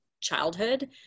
childhood